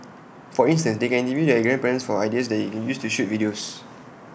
for instance they can interview their grandparents for ideas that they can use to shoot videos